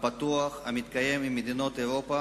הפתוח המתקיים עם מדינות אירופה,